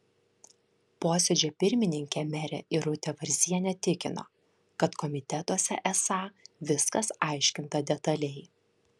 posėdžio pirmininkė merė irutė varzienė tikino kad komitetuose esą viskas aiškinta detaliai